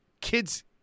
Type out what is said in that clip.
kids